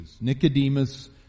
Nicodemus